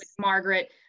Margaret